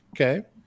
Okay